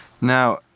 Now